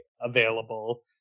available